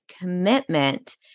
commitment